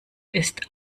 ist